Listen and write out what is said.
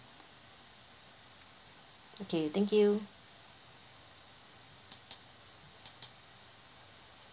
okay thank you